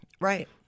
Right